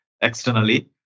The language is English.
externally